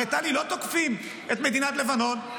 טלי, הרי לא תוקפים את מדינת לבנון.